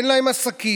אין להם עסקים.